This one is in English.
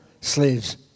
slaves